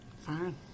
Fine